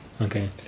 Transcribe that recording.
Okay